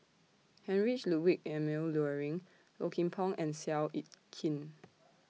Heinrich Ludwig Emil Luering Low Kim Pong and Seow Yit Kin